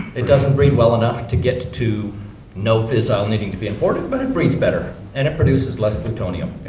it doesn't breed well enough to get to no fissile needing to be imported, but it reads better and it produces less plutonium.